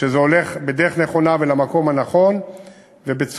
כשזה הולך בדרך נכונה ולמקום הנכון ובצורה